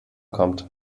kommt